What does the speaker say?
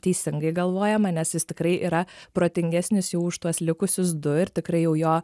teisingai galvojama nes jis tikrai yra protingesnis jau už tuos likusius du ir tikrai jau jo